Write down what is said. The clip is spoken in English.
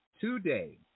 today